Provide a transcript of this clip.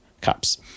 cups